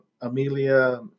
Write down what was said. Amelia